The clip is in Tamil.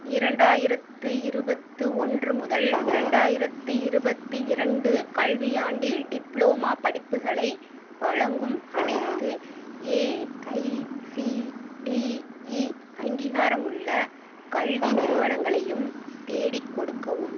இரண்டாயிரத்து இருபத்து ஒன்று முதல் இரண்டாயிரத்தி இருபத்து இரண்டு கல்வியாண்டில் டிப்ளோமா படிப்புகளை படிப்புகளை வழங்கும் அனைத்து ஏஐசிடிஇ அங்கீகாரமுள்ள கல்வி நிறுவனங்களையும் தேடிக் கொடுக்கவும்